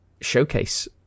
showcase